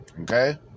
Okay